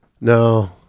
no